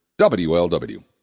WLW